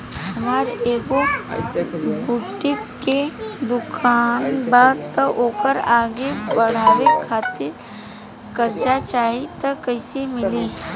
हमार एगो बुटीक के दुकानबा त ओकरा आगे बढ़वे खातिर कर्जा चाहि त कइसे मिली?